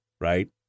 Right